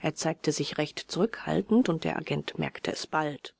er zeigte sich recht zurückhaltend und der agent merkte es bald